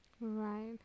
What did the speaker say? Right